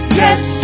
yes